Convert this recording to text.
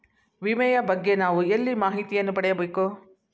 ವಿಮೆಯ ಬಗ್ಗೆ ನಾವು ಎಲ್ಲಿ ಮಾಹಿತಿಯನ್ನು ಪಡೆಯಬೇಕು?